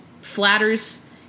Flatters